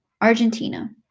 Argentina